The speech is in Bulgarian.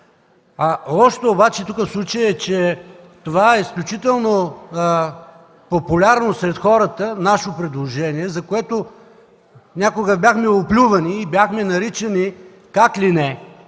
Лошото обаче в случая тук е, че това е изключително популярно сред хората – нашето предложение, за което някога бяхме оплювани и бяхме наричани как ли не.